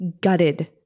gutted